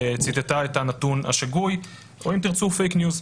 ציטטה את הנתון השגוי או אם תרצו "פייק ניוז".